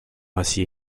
rassis